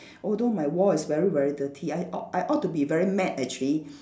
although my wall is very very dirty I ought I ought to be very mad actually